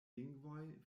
lingvoj